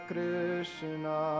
Krishna